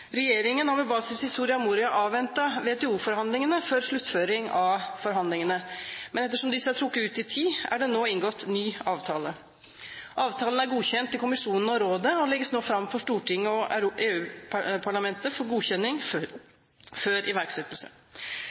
Regjeringen har med basis i Soria Moria avventet WTO-forhandlingene før sluttføring av forhandlingene, men ettersom disse har trukket ut i tid, er det nå inngått ny avtale. Avtalen er godkjent i kommisjonen og i rådet, og legges nå fram for Stortinget og EU-parlamentet for godkjenning før iverksettelse.